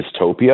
dystopia